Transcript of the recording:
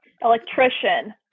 Electrician